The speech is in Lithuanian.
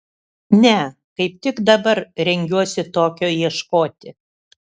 ne kaip tik dabar rengiuosi tokio ieškoti